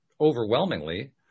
overwhelmingly